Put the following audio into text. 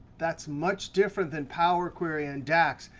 that's much different than power query and dax.